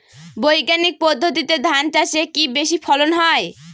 বৈজ্ঞানিক পদ্ধতিতে ধান চাষে কি বেশী ফলন হয়?